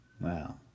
Wow